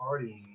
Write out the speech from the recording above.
partying